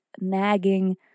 nagging